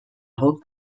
guk